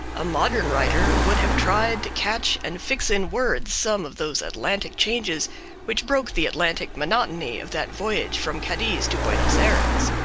a modern writer would have tried to catch and fix in words some of those atlantic changes which broke the atlantic monotony of that voyage from cadiz to buenos ayres.